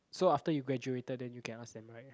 so after you graduated then you can ask them right